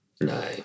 no